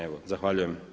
Evo zahvaljujem.